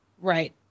Right